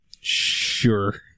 Sure